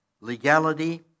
legality